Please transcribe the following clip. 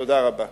תודה רבה.